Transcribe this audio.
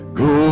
go